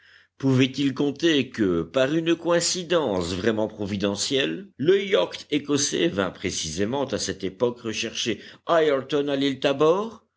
pouvaient-ils compter que par une coïncidence vraiment providentielle le yacht écossais vînt précisément à cette époque rechercher ayrton à l'île tabor